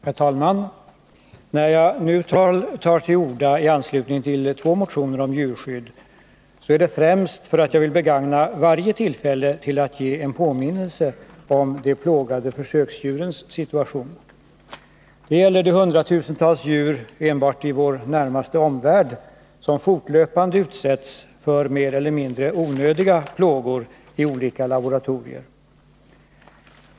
Herr talman! När jag nu tar till orda i anslutning till två motioner om djurskydd är det främst för att jag vill begagna varje tillfälle till att ge en påminnelse om de plågade försöksdjurens situation. Det gäller de hundratusentals djur enbart i vår närmaste omvärld som fortlöpande utsetts för mer eller mindre onödiga plågor i olika laboratorier.